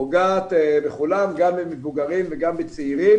פוגעת בכולם, גם במבוגרים וגם בצעירים